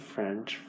French